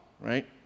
right